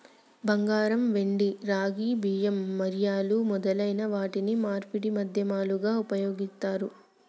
బంగారం, వెండి, రాగి, బియ్యం, మిరియాలు మొదలైన వాటిని మార్పిడి మాధ్యమాలుగా ఉపయోగిత్తారు